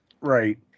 right